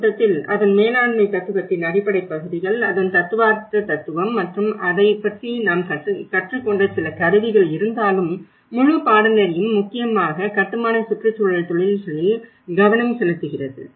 ஆக மொத்தத்தில் அதன் மேலாண்மை தத்துவத்தின் அடிப்படை பகுதிகள் அதன் தத்துவார்த்த தத்துவம் மற்றும் அதைப் பற்றி நாம் கற்றுக்கொண்ட சில கருவிகள் இருந்தாலும் முழு பாடநெறியும் முக்கியமாக கட்டுமான சுற்றுச்சூழல் தொழில்களில் கவனம் செலுத்துகிறது